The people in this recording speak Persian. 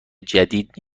جدید